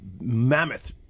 mammoth